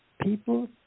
people